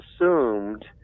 assumed